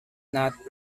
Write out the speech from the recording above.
not